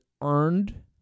earned